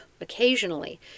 occasionally